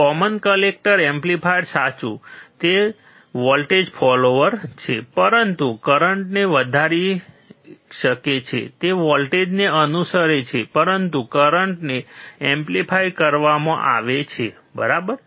common collector amplifier સાચું તે voltage follower છે પરંતુ કરંટને વધારી શકે છે તે વોલ્ટેજને અનુસરે છે પરંતુ કરંટને એમ્પ્લીફાઇડ કરવામાં આવે છે બરાબર